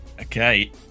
Okay